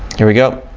here we go